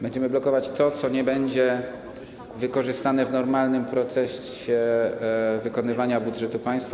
Będziemy blokować to, co nie będzie wykorzystane w normalnym procesie wykonywania budżetu państwa.